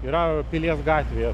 yra pilies gatvėje